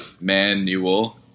manual